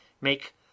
make